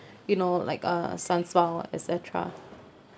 you know like uh sundsvall et cetera